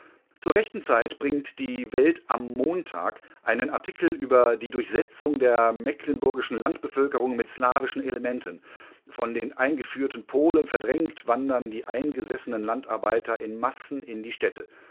zur rechten zeit bringt die welt am montag einen artikel über die durchsetzung der mecklenburgischen landbevölkerung mit slavischen elementen von den eingeführten polen verdrängt wandern die eingesessenen landarbeiter in massen in die städte